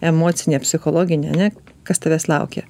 emocinę psichologinę ane kas tavęs laukia